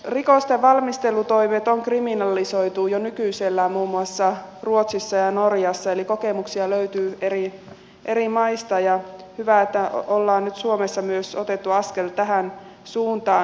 rikosten valmistelutoimet on kriminalisoitu jo nykyisellään muun muassa ruotsissa ja norjassa eli kokemuksia löytyy eri maista ja hyvä että on nyt myös suomessa otettu askel tähän suuntaan